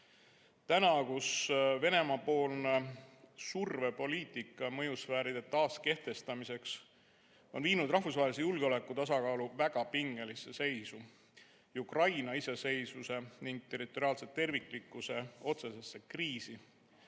Nüüd, kui Venemaa survepoliitika mõjusfääride taaskehtestamiseks on viinud rahvusvahelise julgeolekutasakaalu väga pingelisse seisu ning Ukraina iseseisvuse ja territoriaalse terviklikkuse otsesesse kriisi,